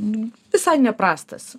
visai neprastas